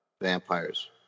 vampires